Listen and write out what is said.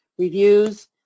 reviews